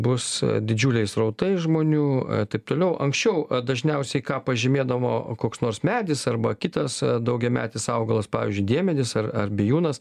bus didžiuliai srautai žmonių taip toliau anksčiau dažniausiai ką pažymėdavo koks nors medis arba kitas daugiametis augalas pavyzdžiui diemedis ar ar bijūnas